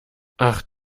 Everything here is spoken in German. ach